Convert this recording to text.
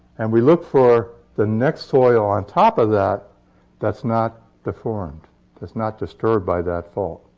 and we look for the next soil on top of that that's not deformed that's not disturbed by that fault.